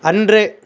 அன்று